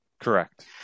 Correct